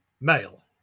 male